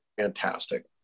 fantastic